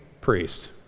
priest